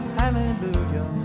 hallelujah